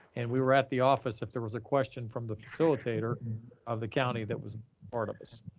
and we were at the office. if there was a question from the facilitator of the county, that was part of this.